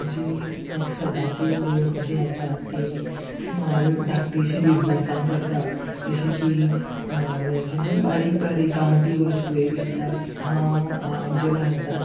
आमची लायक स्वताची लोक जी आसा ती स्मॉल धाकटीशीं बिजनसां करता जशें की लायक यु नो बारीक बारीक गांवटी वस्तूयें विकतात हांव आमच्या भारतांत